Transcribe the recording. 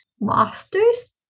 master's